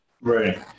Right